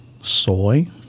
soy